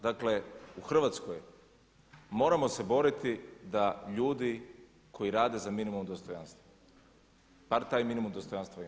Dakle, u Hrvatskoj moramo se boriti da ljudi koji rade za minimum dostojanstva, bar taj minimum dostojanstva imaju.